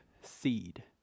seed